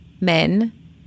men